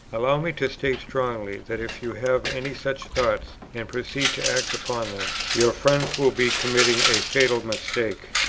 allow me to state strongly, that if you have any such thoughts, and proceed to act upon them, your friends will be committing a fatal mistake.